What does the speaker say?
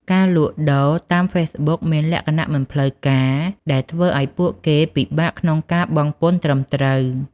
ការលក់ដូរតាមហ្វេសប៊ុកមានលក្ខណៈមិនផ្លូវការ ដែលធ្វើឱ្យពួកគេពិបាកក្នុងការបង់ពន្ធត្រឹមត្រូវ។